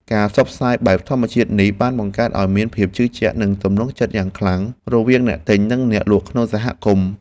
ការផ្សព្វផ្សាយបែបធម្មជាតិនេះបានបង្កើតឱ្យមានភាពជឿជាក់ និងទំនុកចិត្តយ៉ាងខ្លាំងរវាងអ្នកទិញនិងអ្នកលក់ក្នុងសហគមន៍។